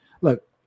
look